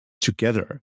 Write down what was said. together